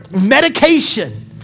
medication